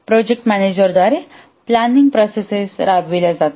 project manager द्वारे planning process राबविल्या जातात